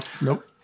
nope